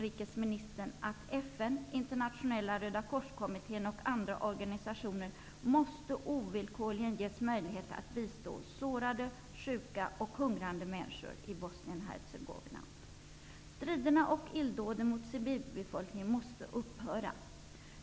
Internationella rödakorskommittén och andra organisationer ovillkorligen måste ges möjligheter att bistå sårade, sjuka och hungrande människor i Bosnien-Hercegovina. Striderna och illdåden mot civilbefolkningen måste upphöra.